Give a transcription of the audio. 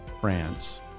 France